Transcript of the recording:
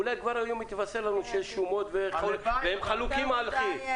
אולי היום הוא יתבשר לנו שיש שומות והם חלוקים על כי"ל?